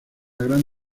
gran